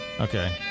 Okay